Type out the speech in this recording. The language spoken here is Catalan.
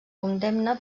condemna